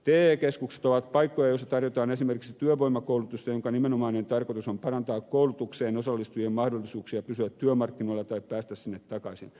te keskukset ovat paikkoja joissa tarjotaan esimerkiksi työvoimakoulutusta jonka nimenomainen tarkoitus on parantaa koulutukseen osallistujien mahdollisuuksia pysyä työmarkkinoilla tai päästä sinne takaisin